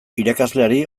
irakasleari